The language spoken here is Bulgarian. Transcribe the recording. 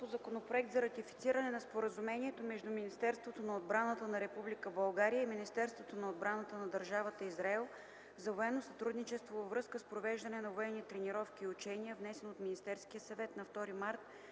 единствен. Ратифицира Споразумението между Министерството на отбраната на Република България и Министерството на отбраната на Държавата Израел за военно сътрудничество във връзка с провеждане на военни тренировки и учения, подписано на 15 януари